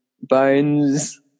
Bones